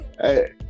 hey